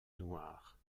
noire